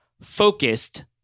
focused